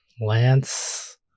Lance